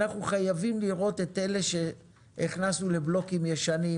אנחנו חייבים לראות את אלה שהכנסנו לבלוקים ישנים,